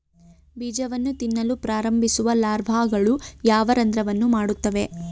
ಬೀಜವನ್ನು ತಿನ್ನಲು ಪ್ರಾರಂಭಿಸುವ ಲಾರ್ವಾಗಳು ಯಾವ ರಂಧ್ರವನ್ನು ಮಾಡುತ್ತವೆ?